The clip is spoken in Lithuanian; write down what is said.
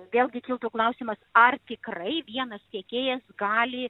vėlgi kiltų klausimas ar tikrai vienas tiekėjas gali